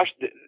Josh